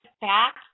back